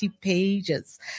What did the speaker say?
pages